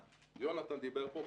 יונתן דיבר פה,